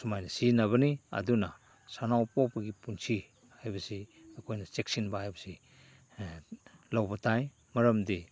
ꯁꯨꯃꯥꯏꯅ ꯁꯤꯖꯤꯟꯅꯕꯅꯤ ꯑꯗꯨꯅ ꯁꯟꯅꯥꯎ ꯄꯣꯛꯄꯒꯤ ꯄꯨꯟꯁꯤ ꯍꯥꯏꯕꯁꯤ ꯑꯩꯈꯣꯏꯅ ꯆꯦꯛꯁꯤꯟꯕ ꯌꯥꯏꯕꯁꯤ ꯑꯦ ꯂꯧꯕ ꯇꯥꯏ ꯃꯔꯝꯗꯤ